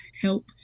help